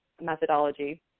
methodology